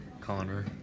Connor